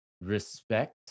respect